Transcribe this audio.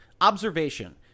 Observation